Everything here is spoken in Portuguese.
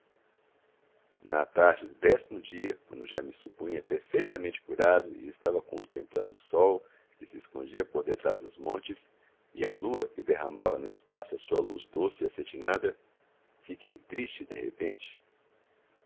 do décimo dia quando já me supunha perfeitamente curado e estava contemplando o sol que se escondia por detrás dos montes e a lua que derramava no espaço a sua luz doce e acetinada fiquei triste de repente